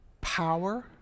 power